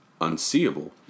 unseeable